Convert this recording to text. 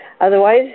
otherwise